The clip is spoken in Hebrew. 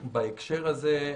בהקשר הזה,